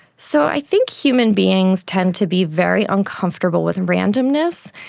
so i think human beings tend to be very uncomfortable with randomness.